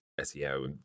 SEO